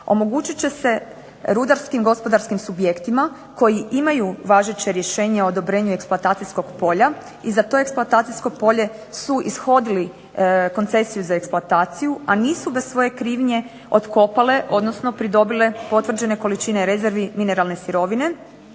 Omogućit će se rudarskim gospodarskim subjektima koji imaju važeće rješenje o odobrenju eksploatacijskog polja i za to eksploatacijsko polje su ishodili koncesiju za eksploataciju, a nisu bez svoje krivnje otkopale, odnosno pridobile potvrđene količine rezervi mineralne sirovine.